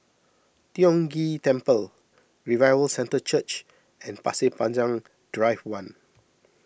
Tiong Ghee Temple Revival Centre Church and Pasir Panjang Drive one